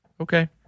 Okay